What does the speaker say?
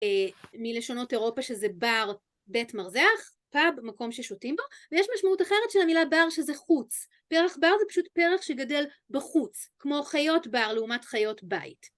מלשונות אירופה שזה בר, בית מרזח, פאב, מקום ששותים בו, ויש משמעות אחרת של המילה בר שזה חוץ. פרח בר זה פשוט פרח שגדל בחוץ, כמו חיות בר לעומת חיות בית.